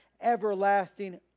everlasting